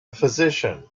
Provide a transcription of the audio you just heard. physician